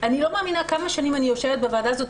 אני לא מאמינה כמה שנים אני יושבת בוועדה הזאת.